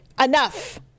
Enough